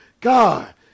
God